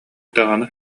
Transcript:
даҕаны